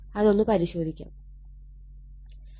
അതൊന്ന് പരിശോധിക്കുക